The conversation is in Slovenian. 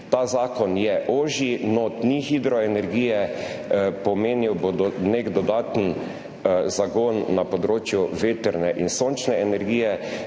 Ta zakon je ožji, notri ni hidroenergije, pomenil bo nek dodaten zagon na področju vetrne in sončne energije.